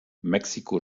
mexiko